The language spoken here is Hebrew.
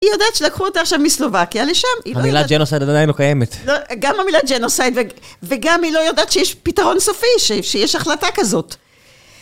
היא יודעת שלקחו אותה עכשיו מסלובקיה לשם, היא לא יודעת... המילה ג'נוסייד עדיין לא קיימת. גם המילה ג'נוסייד, וגם היא לא יודעת שיש פתרון סופי, שיש החלטה כזאת כזאת.